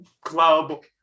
club